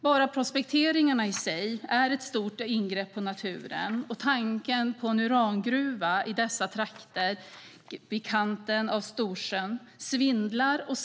Redan prospekteringarna är ett stort ingrepp i naturen, och tanken på en urangruva i dessa trakter, vid kanten av Storsjön, skrämmer många.